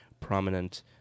prominent